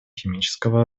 химического